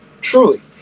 Truly